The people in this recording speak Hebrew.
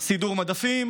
סידור מדפים,